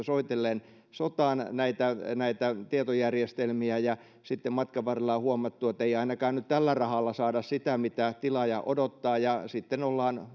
soitellen sotaan tekemään näitä tietojärjestelmiä ja sitten matkan varrella on huomattu että ei ainakaan nyt tällä rahalla saada sitä mitä tilaaja odottaa ja sitten ollaan